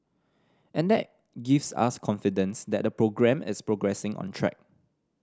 and that gives us confidence that the programme is progressing on track